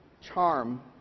charm